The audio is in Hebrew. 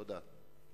תודה.